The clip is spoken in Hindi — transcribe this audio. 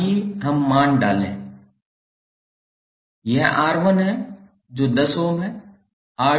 आइए हम मान डालें यह R1 है जो 10 ओम है